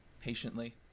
patiently